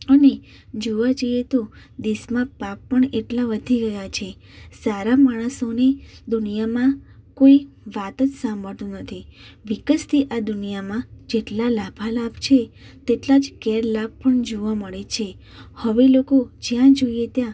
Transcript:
અને જોવા જઈએ તો દેશમાં પાપ પણ એટલા વધી ગયા છે સારા માણસોની દુનિયામાં કોઈ વાત જ સાંભળતું નથી વિકસતી આ દુનિયામાં જેટલા લાભા લાભ છે તેટલા જ ગેરલાભ પણ જોવા મળે છે હવે લોકો જ્યાં જોઈએ ત્યાં